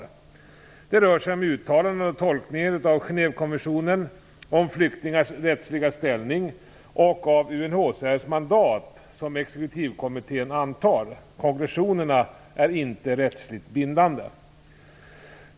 Det rör sig om uttalanden och tolkningar av Genèvekonventionen om flyktingars rättsliga ställning och av Konklusionerna är inte rättsligt bindande.